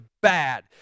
bad